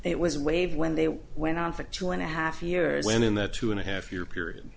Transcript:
it was a wave when they went on for two and a half years and in that two and a half year period